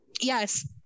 yes